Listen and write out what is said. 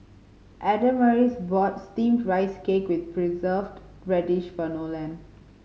Adamaris bought Steamed Rice Cake with Preserved Radish for Nolen